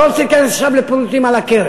אבל אני לא רוצה להיכנס עכשיו לפירוט על הקרן,